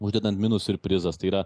uždedant minų siurprizas tai yra